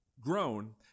grown